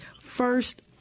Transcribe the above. first